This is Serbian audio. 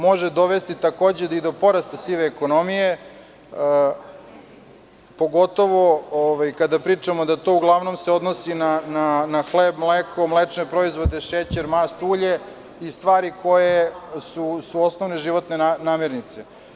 Može dovesti takođe i do porasta sive ekonomije, pogotovo kada pričamo da se to uglavnom odnosi na hleb, mleko, mlečne proizvode, šećer, mast, ulje i stvari koje su osnovne životne namirnice.